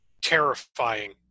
Terrifying